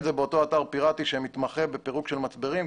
באותו אתר פירטי שמתמחה בפירוק של מצברים.